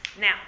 Now